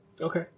Okay